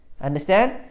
understand